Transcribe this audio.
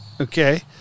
okay